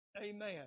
Amen